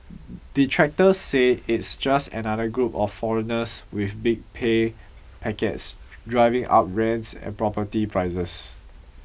detractors say it's just another group of foreigners with big pay packets driving up rents and property prices